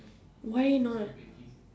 why not